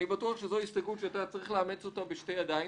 זו הסתייגות שאתה צריך לאמץ אותה בשתי ידיים.